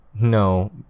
No